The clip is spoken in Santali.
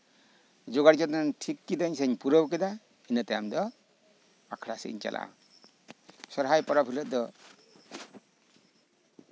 ᱡᱚᱜᱟᱲ ᱡᱚᱱᱛᱚ ᱴᱷᱤᱠ ᱠᱤᱫᱟᱹᱧ ᱥᱮᱧ ᱯᱩᱨᱟᱹᱣ ᱠᱮᱫᱟ ᱤᱱᱟᱹ ᱛᱟᱭᱚᱢ ᱫᱚ ᱟᱠᱷᱲᱟ ᱥᱮᱫ ᱤᱧ ᱪᱟᱞᱟᱜᱼᱟ ᱥᱚᱨᱦᱟᱭ ᱯᱚᱨᱚᱵᱽ ᱦᱤᱞᱳᱜ ᱫᱚ